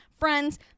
Friends